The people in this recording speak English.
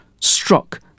struck